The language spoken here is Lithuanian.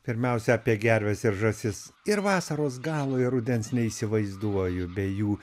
pirmiausia apie gerves ir žąsis ir vasaros galo ir rudens neįsivaizduoju be jų